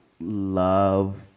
love